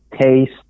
taste